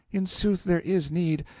in sooth, there is need!